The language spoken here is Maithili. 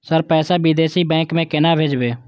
सर पैसा विदेशी बैंक में केना भेजबे?